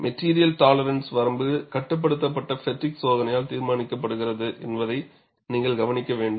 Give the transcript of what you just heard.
material tolerance வரம்பு கட்டுப்படுத்தப்பட்ட பெட்டிக் சோதனையால் தீர்மானிக்கப்படுகிறது என்பதை நீங்கள் கவனிக்க வேண்டும்